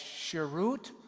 Shirut